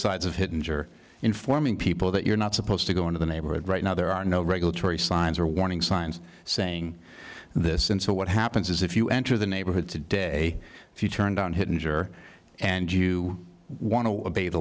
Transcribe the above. sides of hidden or informing people that you're not supposed to go into the neighborhood right now there are no regulatory signs or warning signs saying this and so what happens is if you enter the neighborhood today if you turned on hit injure and you wan